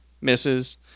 misses